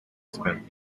spent